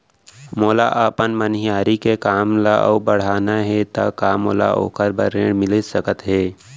मोला अपन मनिहारी के काम ला अऊ बढ़ाना हे त का मोला ओखर बर ऋण मिलिस सकत हे?